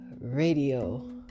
radio